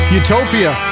utopia